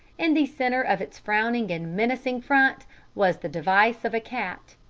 in the centre of its frowning and menacing front was the device of a cat,